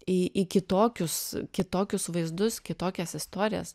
į į kitokius kitokius vaizdus kitokias istorijas